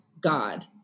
God